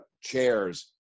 Chairs